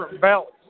belts